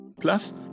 Plus